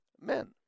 men